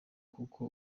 kuko